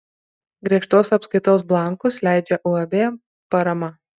griežtos apskaitos blankus leidžia uab parama